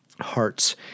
hearts